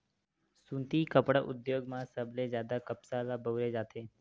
सुती कपड़ा उद्योग म सबले जादा कपसा ल बउरे जाथे